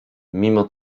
mimo